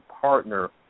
partner